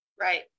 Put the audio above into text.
right